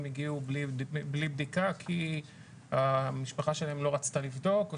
הגיעו בלי בדיקה כי המשפחה שלהם לא רצתה לבדוק או